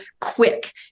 quick